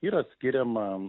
yra skiriama